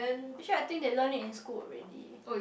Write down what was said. actually I think they learn it in school already